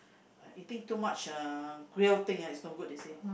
eating too much uh grill things ah is no good they said